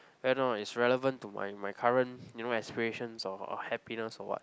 whether or not it's relevant to my my current you know aspirations or happiness or what